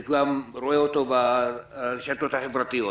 אני כבר רואה אותו ברשתות החברתיות.